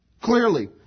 clearly